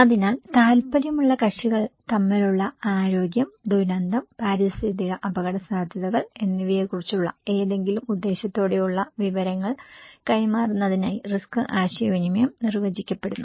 അതിനാൽ താൽപ്പര്യമുള്ള കക്ഷികൾ തമ്മിലുള്ള ആരോഗ്യം ദുരന്തം പാരിസ്ഥിതിക അപകടസാധ്യതകൾ എന്നിവയെക്കുറിച്ചുള്ള ഏതെങ്കിലും ഉദ്ദേശ്യത്തോടെയുള്ള വിവരങ്ങൾ കൈമാറുന്നതായി റിസ്ക് ആശയവിനിമയം നിർവചിക്കപ്പെടുന്നു